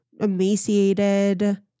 emaciated